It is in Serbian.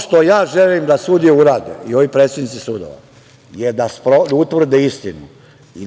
što ja želim da sudije urade i ovi predsednici sudova je da utvrde istinu i